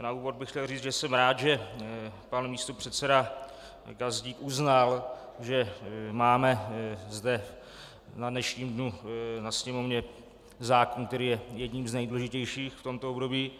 Na úvod bych chtěl říct, že jsem rád, že pan místopředseda Gazdík uznal, že máme zde na dnešním dnu na Sněmovně zákon, který je jedním z nejdůležitějších v tomto období.